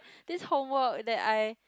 this homework that I